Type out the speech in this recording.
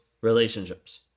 relationships